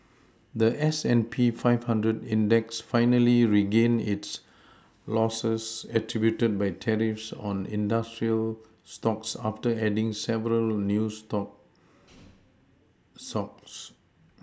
the S and P five hundred index finally regained its Losses attributed by tariffs on industrial stocks after adding several new stocks socks